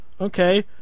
okay